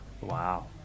Wow